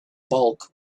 bulk